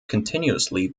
continuously